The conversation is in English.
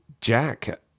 jack